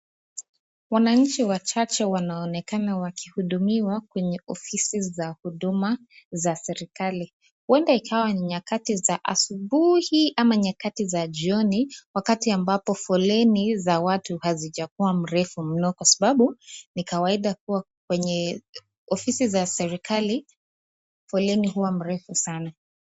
Wananchi wachache wanaonekana wakihudumiwa kwenye ofisi za huduma za serikali. Huenda ikawa ni nyakati za asubuhi ama nyakati za jioni, wakati ambapo foleni za watu hazijakuwa mrefu mno kwa sababu, ni kawaida kuwa kwenye, ofisi za serikali, foleni huwa mrefu sana.